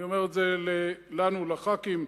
אני אומר את זה לנו, לח"כים.